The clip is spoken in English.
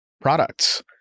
products